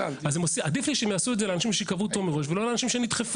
אז עדיף לי שהם יעשו את זה לאנשים שקבעו תור מראש ולא לאנשים שנדחפו.